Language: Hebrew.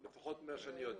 לפחות לא ממה שאני יודע.